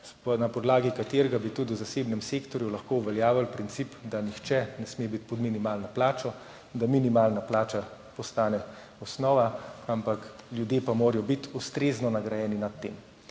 na podlagi katerega bi tudi v zasebnem sektorju lahko uveljavili princip, da nihče ne sme biti pod minimalno plačo, da minimalna plača postane osnova. Ampak ljudje pa morajo biti ustrezno nagrajeni nad tem.